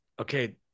okay